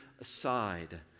aside